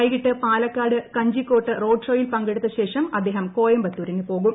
വൈകിട്ട് പാലക്കാട് കഞ്ചിക്കോട്ട് റോഡ്ഷോയിൽ പങ്കെടുത്ത ശേഷം അദ്ദേഹം കോയമ്പത്തൂരിന് പോകും